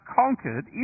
conquered